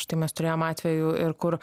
štai mes turėjom atvejų ir kur